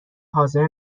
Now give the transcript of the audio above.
حاضر